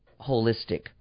holistic